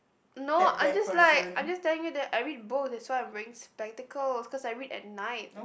no I'm just like I'm just telling you that I read books that's why I'm wearing spectacles cause I read at night